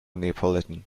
neapolitan